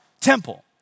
temple